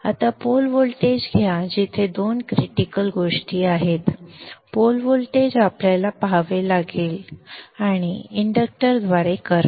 आता pole voltage घ्या जिथे दोन क्रिटिकल गोष्टी आहेत पोल व्होल्टेज आपल्याला पहावे लागेल आणि इंडक्टरद्वारे करंट